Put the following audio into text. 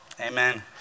Amen